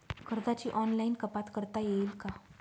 कर्जाची ऑनलाईन कपात करता येईल का?